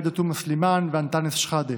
עאידה תומא סלימאן ואנטאנס שחאדה,